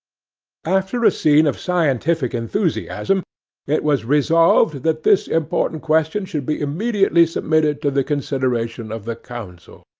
after a scene of scientific enthusiasm it was resolved that this important question should be immediately submitted to the consideration of the council.